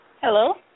Hello